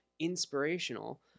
inspirational